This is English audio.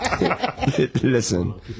Listen